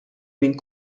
minn